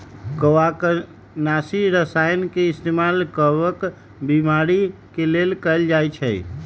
कवकनाशी रसायन के इस्तेमाल कवक बीमारी के लेल कएल जाई छई